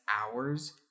hours